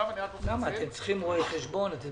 הרי אתם צריכים רואי חשבון.